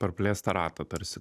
praplėst tą ratą tarsi